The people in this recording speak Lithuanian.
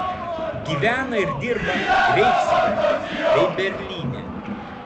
gyvena ir dirba greifsvalde bei berlyne